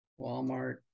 Walmart